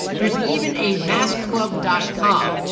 there's even a maskclub dot com,